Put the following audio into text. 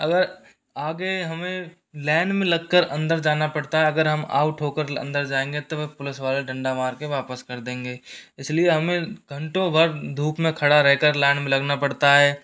अगर आगे हमें लाइन में लगकर अंदर जाना पड़ता है अगर हम आउट होकर अंदर जाएंगे तो हमें पुलिस वाले डंडा मार के वापस कर देंगे इसलिए हमें घंटो भर धूप में खड़ा रहकर लाइन में लगना पड़ता है